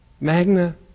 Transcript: Magna